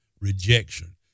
rejection